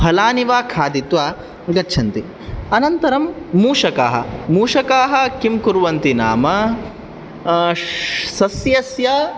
फलानि वा खादित्वा गच्छन्ति अनन्तरं मूषकाः मूषकाः किं कुर्वन्ति नाम श्श् सस्यस्य